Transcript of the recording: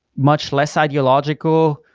much less ideological,